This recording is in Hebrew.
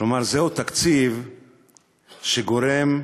שהמצח מזיעה בגללו,) כלומר, זהו תקציב שגורם,